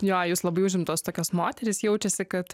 jo jūs labai užimtos tokios moterys jaučiasi kad